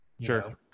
sure